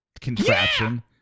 contraption